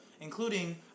including